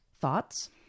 Thoughts